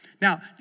Now